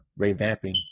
revamping